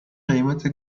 قیمت